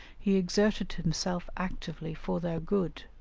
he exerted himself actively for their good,